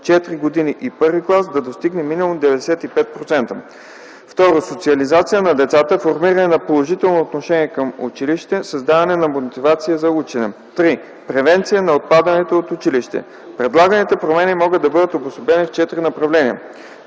години и първи клас да достигне минимум 95%. 2. Социализация на децата, формиране на положително отношение към училището, създаване на мотивация за учене. 3. Превенция на отпадането от училище. Предлаганите промени могат да бъдат обособени в четири направления: